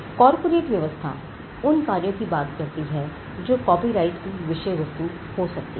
corporate व्यवस्था उन कार्यों की बात करती है जो कॉपीराइट की विषय वस्तु हो सकती है